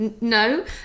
no